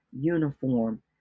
uniform